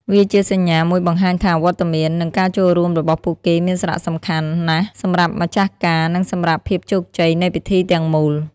វាជាសញ្ញាមួយបង្ហាញថា វត្តមាន និងការចូលរួមរបស់ពួកគេមាន សារៈសំខាន់ ណាស់សម្រាប់ម្ចាស់ការ និងសម្រាប់ភាពជោគជ័យនៃពិធីទាំងមូល។